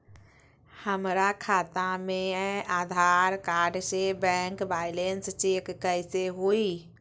हमरा खाता में आधार कार्ड से बैंक बैलेंस चेक कैसे हुई?